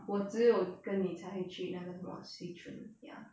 我只有跟你才会去那个什么 swee choon ya